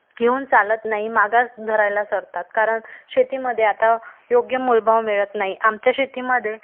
घेऊन चालत नाही मागास धरायला सरतात कारण शेतीमध्ये आता योग्य मोल भाव मिळत नाही आमच्या शेतीमध्ये